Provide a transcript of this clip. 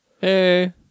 Hey